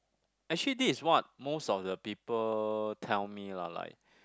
actually this is what most of the people tell me lah like